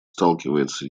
сталкивается